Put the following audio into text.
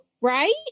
right